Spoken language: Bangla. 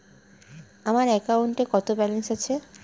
আমার অ্যাকাউন্টে কত ব্যালেন্স আছে?